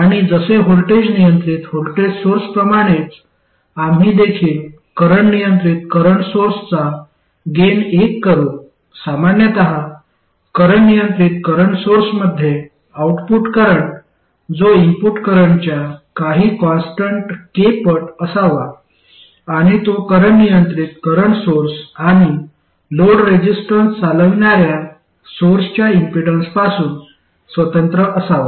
आणि जसे व्होल्टेज नियंत्रित व्होल्टेज सोर्सप्रमाणेच आम्ही देखील करंट नियंत्रित करंट सोर्सचा गेन एक करू सामान्यत करंट नियंत्रित करंट सोर्समध्ये आउटपुट करंट जो इनपुट करंटच्या काही कॉन्स्टन्ट k पट असावा आणि तो करंट नियंत्रित करंट सोर्स आणि लोड रेजिस्टन्स चालविणार्या सोर्सच्या इम्पीडन्सपासून स्वतंत्र असावा